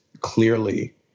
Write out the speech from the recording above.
clearly